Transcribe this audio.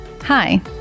Hi